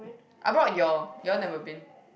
I brought your you all never been